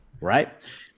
right